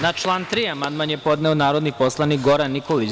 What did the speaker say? Na član 3. amandman je podneo narodni poslanik Goran Nikolić.